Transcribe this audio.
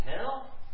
hell